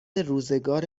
روزگار